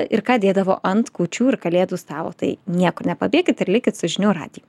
ir ką dėdavo ant kūčių ir kalėdų stalo tai niekur nepabėkit ir likit su žinių radiju